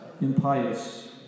Impious